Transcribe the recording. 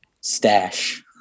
stash